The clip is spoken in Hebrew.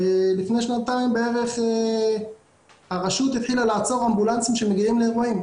לפני כשנתיים הרשות התחילה לעצור אמבולנסים שמגיעים לאירועים.